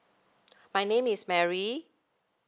my name is mary